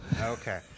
Okay